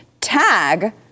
tag